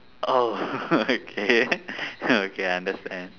oh okay okay I understand